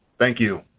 thank you.